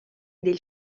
del